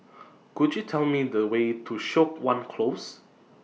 Could YOU Tell Me The Way to Siok Wan Close